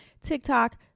TikTok